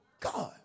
God